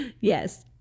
Yes